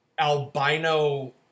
Albino